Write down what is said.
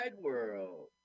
world